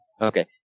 Okay